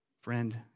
friend